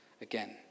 again